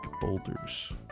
boulders